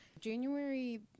January